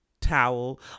towel